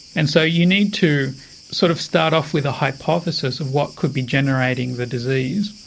and so you need to sort of start off with a hypothesis of what could be generating the disease,